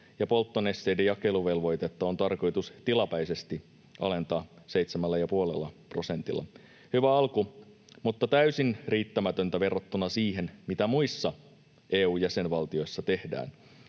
ja polttonesteiden jakeluvelvoitetta on tarkoitus tilapäisesti alentaa seitsemällä ja puolella prosentilla — hyvä alku, mutta täysin riittämätöntä verrattuna siihen, mitä muissa EU-jäsenvaltioissa tehdään.